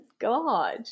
God